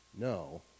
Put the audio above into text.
No